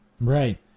Right